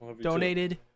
donated